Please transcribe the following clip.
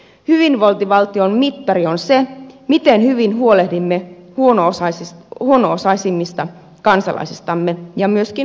hyvinvointivaltion mittari on se miten hyvin huolehdimme huono osaisimmista kansalaisistamme ja myöskin alueista